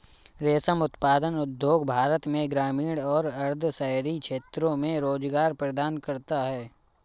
रेशम उत्पादन उद्योग भारत में ग्रामीण और अर्ध शहरी क्षेत्रों में रोजगार प्रदान करता है